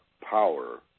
power